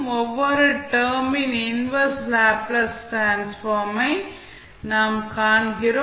ஒவ்வொரு டெர்ம் ன் inverse Laplace transform ஐ நாம் காண்கிறோம்